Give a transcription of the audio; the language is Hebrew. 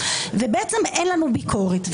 ואין לנו ביקורת.